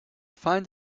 find